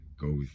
go